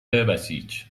بسیج